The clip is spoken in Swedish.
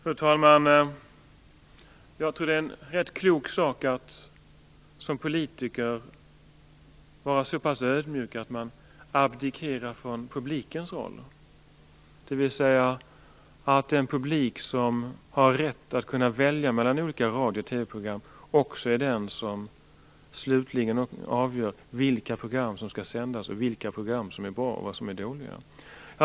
Fru talman! Jag tror att det är rätt klokt att som politiker vara så pass ödmjuk att man abdikerar från publikens roll - att den publik som har rätt att kunna välja mellan olika radio och TV-program är den som också slutligen avgör vilka program som skall sändas och vilka program som är bra eller dåliga.